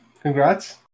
Congrats